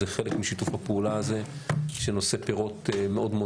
זה חלק משיתוף הפעולה הזה שנושא פירות מאוד מאוד